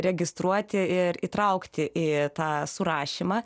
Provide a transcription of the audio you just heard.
registruoti ir įtraukti į tą surašymą